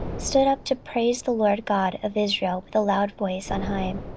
stood up to praise the lord god of israel with a loud voice on high.